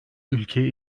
ülke